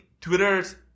twitter's